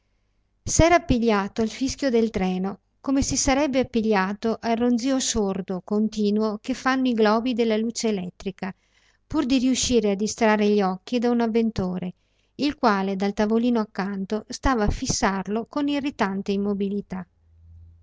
s'era appigliato al fischio del treno come si sarebbe appigliato al ronzio sordo continuo che fanno i globi della luce elettrica pur di riuscire a distrarre gli occhi da un avventore il quale dal tavolino accanto stava a fissarlo con irritante immobilità